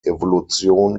evolution